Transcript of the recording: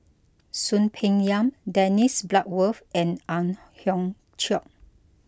Soon Peng Yam Dennis Bloodworth and Ang Hiong Chiok